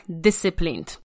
disciplined